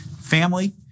Family